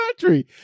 country